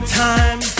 time